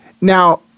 Now